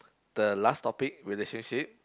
the last topic relationship